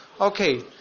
Okay